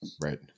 Right